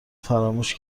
فراموش